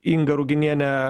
inga ruginiene